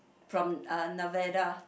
from uh Nevada